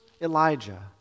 Elijah